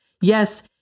Yes